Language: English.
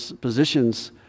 positions